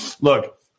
look